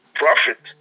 profit